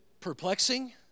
perplexing